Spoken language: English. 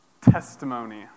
testimony